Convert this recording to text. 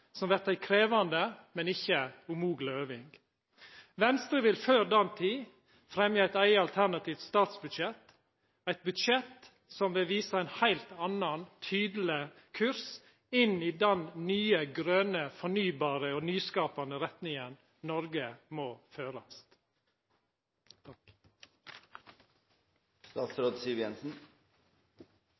som vert ei krevjande, men ikkje umogleg øving. Venstre vil før den tid fremja eit eige, alternativt statsbudsjett: eit budsjett som vil visa ein heilt annan, tydeleg kurs inn i den nye, grøne, fornybare og nyskapande retninga Noreg må